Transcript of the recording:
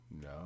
No